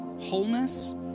wholeness